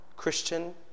Christian